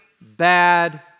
bad